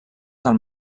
del